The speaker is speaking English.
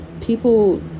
people